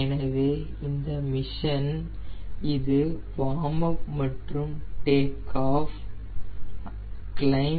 எனவே இந்த மிஷன்க்கு இது வார்ம் அப் மற்றும் டேக் ஆஃப் கிளைம்ப்